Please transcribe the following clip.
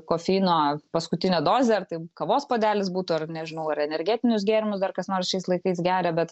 kofeino paskutinė dozė ar tai kavos puodelis būtų ar nežinau ar energetinius gėrimus dar kas nors šiais laikais geria bet